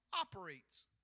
operates